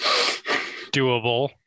doable